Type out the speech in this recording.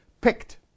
picked